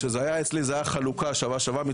כשזה היה אצלי זו הייתה חלוקה שווה שווה.